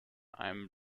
einem